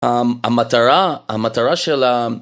המטרה, המטרה של ה...